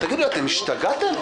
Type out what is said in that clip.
אתם השתגעתם?